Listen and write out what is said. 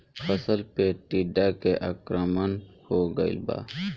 फसल पे टीडा के आक्रमण हो गइल बा?